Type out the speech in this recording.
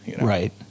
Right